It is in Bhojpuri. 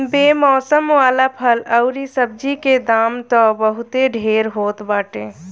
बेमौसम वाला फल अउरी सब्जी के दाम तअ बहुते ढेर होत बाटे